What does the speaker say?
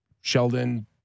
Sheldon